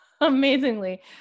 amazingly